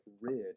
rid